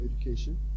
education